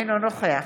אינו נוכח